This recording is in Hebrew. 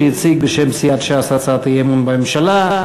שהציג בשם סיעת ש"ס הצעת אי-אמון בממשלה.